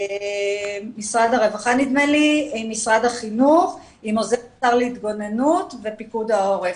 עם משרד החינוך, עם --- להתגוננות ופיקוד העורף.